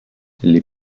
les